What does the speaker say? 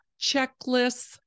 checklists